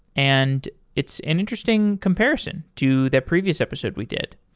and it's an interesting comparison to that previous episode we did.